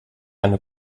eine